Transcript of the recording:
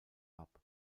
hub